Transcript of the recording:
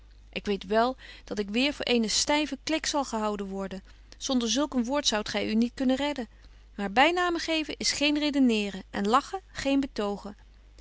ik weet wél dat ik weêr voor eene styve klik zal gehouden worden zonder zulk een woord zoudt gy u niet kunnen redden maar bynamen geven is geen redeneeren en lachen geen betogen